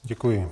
Děkuji.